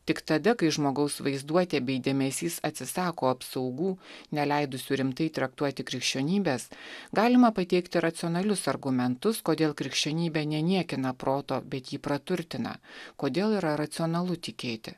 tik tada kai žmogaus vaizduotė bei dėmesys atsisako apsaugų neleidusių rimtai traktuoti krikščionybės galima pateikti racionalius argumentus kodėl krikščionybė neniekina proto bet jį praturtina kodėl yra racionalu tikėti